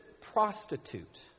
prostitute